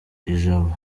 ijabo